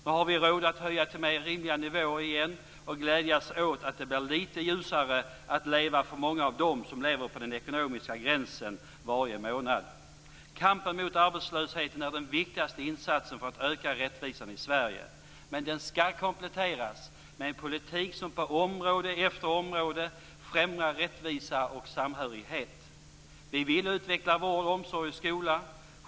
Nu har vi råd att höja till mer rimliga nivåer igen och glädjas åt att det blir litet ljusare att leva för många av dem som lever på den ekonomiska gränsen varje månad. Kampen mot arbetslösheten är den viktigaste insatsen för att öka rättvisan i Sverige. Men den skall kompletteras med en politik som på område efter område främjar rättvisa och samhörighet. Vi vill utveckla vård, omsorg och skola.